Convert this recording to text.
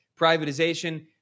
privatization